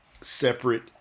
separate